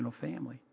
family